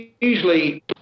usually